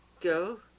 Go